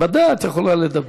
בוודאי, את יכולה לדבר.